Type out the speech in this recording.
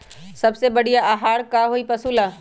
सबसे बढ़िया आहार का होई पशु ला?